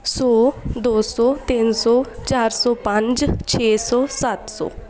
ਸੌ ਦੋ ਸੌ ਤਿੰਨ ਸੌ ਚਾਰ ਸੌ ਪੰਜ ਛੇ ਸੌ ਸੱਤ ਸੌ